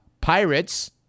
pirates